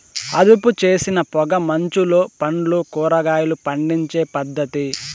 అదుపుచేసిన పొగ మంచులో పండ్లు, కూరగాయలు పండించే పద్ధతి